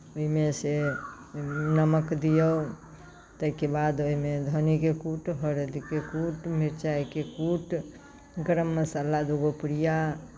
ओहिमे सँ नमक दियौ ताहिके बाद ओहिमे धन्नीके कूट हरदिके कूट मिर्चाइके कूट गरम मसाला दू गो पुड़िया से